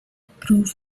proved